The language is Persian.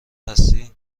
هستی